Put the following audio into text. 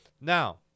Now